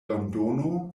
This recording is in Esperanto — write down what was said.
londono